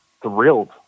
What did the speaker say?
Thrilled